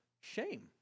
shame